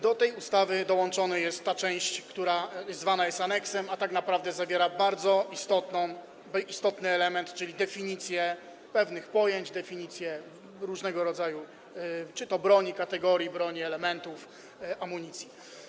Do tej ustawy dołączona jest część, która zwana jest aneksem, a tak naprawdę zawiera bardzo istotny element, czyli definicje pewnych pojęć, definicje różnego rodzaju broni, kategorii broni, elementów amunicji.